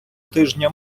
тижня